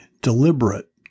deliberate